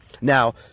Now